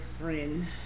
friend